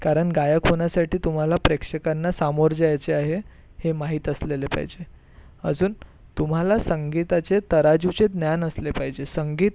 कारण गायक होण्यासाठी तुम्हाला प्रेक्षकांना सामोरं जायचे आहे हे माहित असलेले पाहिजे अजुन तुम्हाला संगीताचे तराजूचे ज्ञान असले पाहिजे